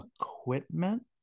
equipment